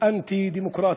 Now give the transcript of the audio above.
אנטי-דמוקרטי.